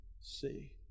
see